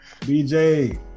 BJ